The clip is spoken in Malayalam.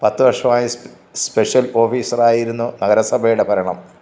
പത്തു വർഷമായി സ്പെഷ്യൽ ഓഫീസറായിരുന്നു നഗരസഭയുടെ ഭരണം